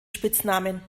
spitznamen